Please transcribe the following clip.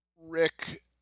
Rick